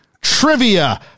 trivia